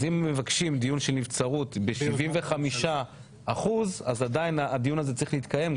אז אם מבקשים דיון של נבצרות ב-,75% אז עדיין הדיון הזה צריך להתקיים,